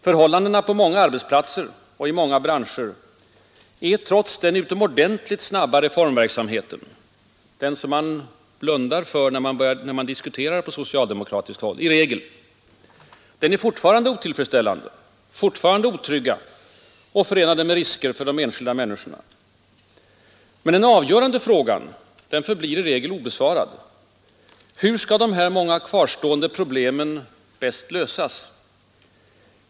Förhållandena på många arbetsplatser och i många branscher är trots den utomordentligt snabba reformverksamheten — något som man i regel blundar för på socialdemokratiskt håll — fortfarande otillfredsställande, fortfarande otrygga och förenade med risker för den enskilde. Men den avgörande frågan förblir i regel obesvarad: Hur skall dessa många kvarstående problem bäst lösas?